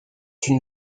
une